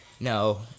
No